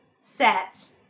set